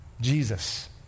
Jesus